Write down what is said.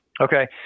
Okay